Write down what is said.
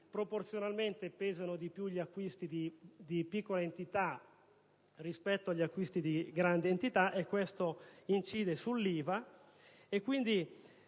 proporzionalmente pesano di più gli acquisti di piccola entità rispetto agli acquisti di grande entità e questo incide sull'IVA). Come